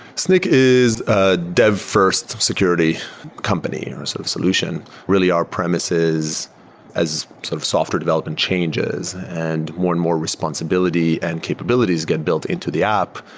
snyk is a dev-fi rst security company or sort of solution. really, our premise is as of software development changes, and more and more responsibility and capabilities get built into the app.